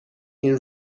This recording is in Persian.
این